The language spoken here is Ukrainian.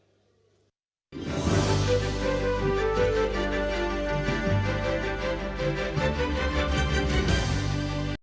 Дякую.